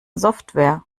software